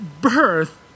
birth